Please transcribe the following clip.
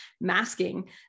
masking